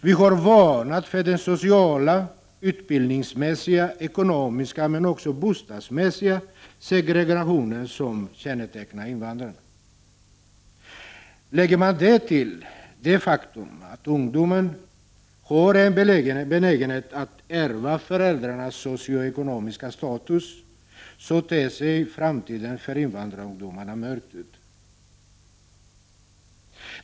Vi har varnat för den sociala, utbildningsmässiga, ekonomiska, men även bostadsmässiga segregation som kännetecknar invandrare. Lägger man därtill det faktum att ungdomar har en benägenhet att ärva föräldrarnas sociala och ekonomiska status, ter sig framtiden för invandrarungdomarna mörk.